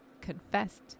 confessed